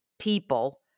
people